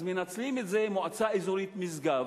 אז מנצלים את זה במועצה אזורית משגב,